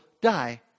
die